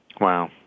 Wow